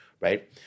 right